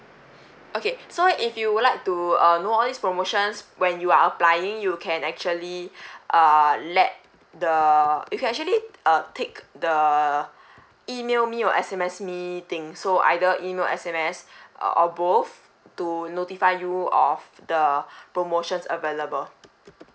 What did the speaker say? okay so if you would like to uh know all these promotions when you are applying you can actually err let the you can actually uh take the email me or S_M_S me things so either email S_M_S uh or both to notify you of the promotions available